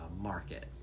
market